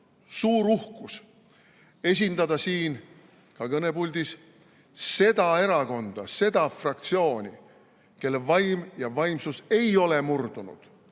suur uhkus esindada siin kõnepuldis seda erakonda, seda fraktsiooni, kelle vaim ja vaimsus ei ole murdunud.